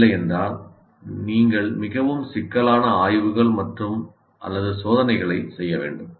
இல்லையெனில் நீங்கள் மிகவும் சிக்கலான ஆய்வுகள் மற்றும் அல்லது சோதனைகளை செய்ய வேண்டும்